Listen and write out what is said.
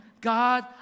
God